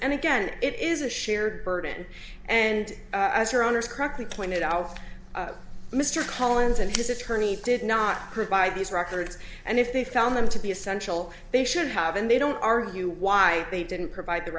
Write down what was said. and again it is a shared burden and as her owners correctly pointed out mr collins and his attorney did not provide these records and if they found them to be essential they should have and they don't argue why they didn't provide the